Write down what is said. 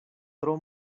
tro